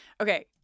Okay